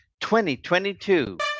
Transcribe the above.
2022